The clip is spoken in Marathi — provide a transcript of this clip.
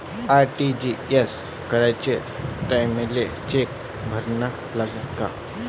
आर.टी.जी.एस कराच्या टायमाले चेक भरा लागन का?